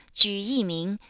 ju yi min,